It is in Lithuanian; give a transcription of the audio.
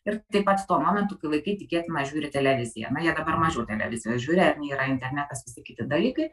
ir taip pat tuo momentu kai vaikai tikėtina žiūri televiziją na jie dabar mažiau televizijos žiūri ar ne yra internetas visi kiti dalykai